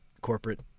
corporate